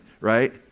right